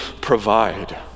provide